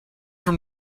from